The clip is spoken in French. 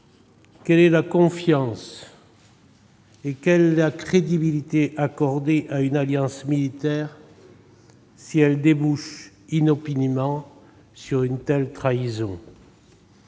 quelle confiance et quelle crédibilité peut-on accorder à une alliance militaire si elle débouche inopinément sur une telle trahison ?